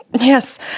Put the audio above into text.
Yes